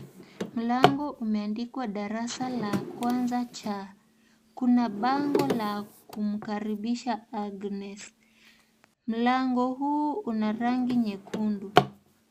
Mlango umeandikwa darasa la kwanza c, kuna bango la kumkaribisha Agness, mlango huu unarangi nyekundu.